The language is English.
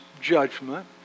judgment